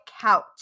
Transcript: couch